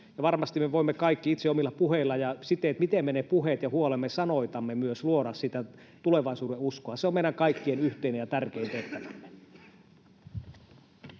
Varmasti me voimme kaikki itse omilla puheillamme ja sillä, miten me ne puheet ja huolemme sanoitamme, myös luoda sitä tulevaisuudenuskoa. Se on meidän kaikkien yhteinen ja tärkein tehtävä.